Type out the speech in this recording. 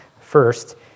first